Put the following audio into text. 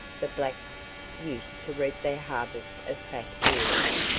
the blacks used to reap their harvest of fat eels,